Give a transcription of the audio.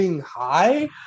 high